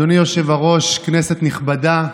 אדוני היושב-ראש, כנסת נכבדה,